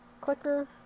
clicker